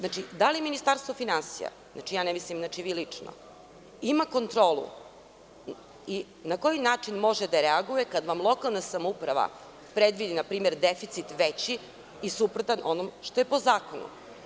Da li Ministarstvo finansija, ne mislim vi lično, ima kontrolu i na koji način može da reaguje kada vam lokalna samouprava predviđa npr. deficit veći i suprotan onom što je po zakonu?